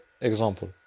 example